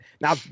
Now